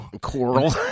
Coral